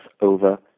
over